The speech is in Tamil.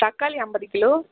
தக்காளி ஐம்பது கிலோ